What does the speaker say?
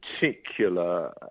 particular